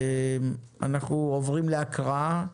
אנחנו עוברים להקראה.